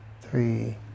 three